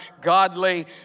godly